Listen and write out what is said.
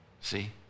See